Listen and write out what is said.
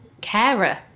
Carer